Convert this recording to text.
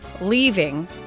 leaving